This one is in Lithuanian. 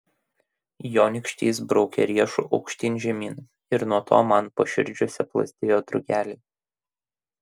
jo nykštys braukė riešu aukštyn žemyn ir nuo to man paširdžiuose plazdėjo drugeliai